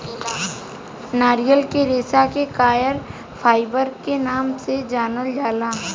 नारियल के रेशा के कॉयर फाइबर के नाम से जानल जाला